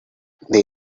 they